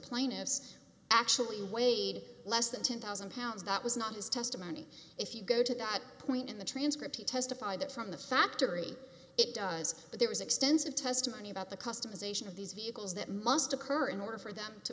plaintiffs actually weighed less than ten thousand pounds that was not his testimony if you go to that point in the transcript he testified that from the factory it does but there was extensive testimony about the customization of these vehicles that must occur in order for them